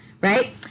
right